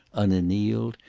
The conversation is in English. unannealed,